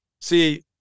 See